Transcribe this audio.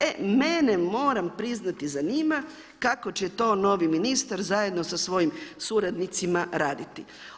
E mene moram priznati zanima kako će to novi ministar zajedno sa svojim suradnicima raditi.